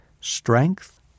Strength